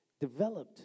developed